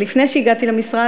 לפני שהגעתי למשרד,